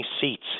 seats